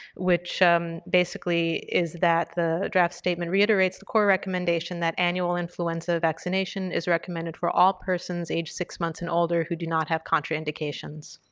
which basically is that the draft statement reiterates the core recommendation that annual influenza vaccination is recommended for all persons age six months and older who do not have contraindications.